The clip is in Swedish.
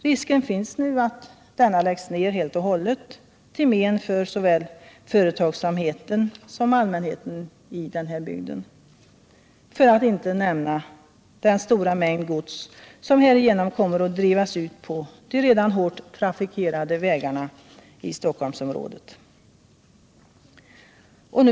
Risken finns nu att terminalen läggs ned helt och hållet, till men för såväl företagsamheten som allmänheten i denna bygd - om man nu inte skall nämna den stora mängd gods som härigenom kommer att drivas ut på de redan hårt trafikerade vägarna i Stockholmsområdet.